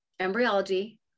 embryology